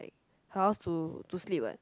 house to to sleep what